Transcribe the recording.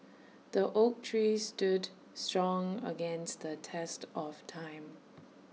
the oak tree stood strong against the test of time